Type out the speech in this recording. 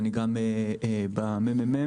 ואני מהממ"מ,